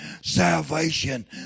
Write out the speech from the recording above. salvation